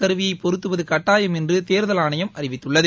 கருவியை பொருத்துவது கட்டாயம் என்று தேர்தல் ஆணையம் அறிவித்துள்ளது